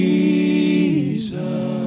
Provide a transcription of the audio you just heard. Jesus